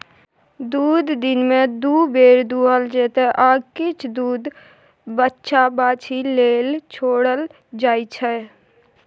दुध दिनमे दु बेर दुहल जेतै आ किछ दुध बछ्छा बाछी लेल छोरल जाइ छै